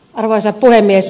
arvoisa puhemies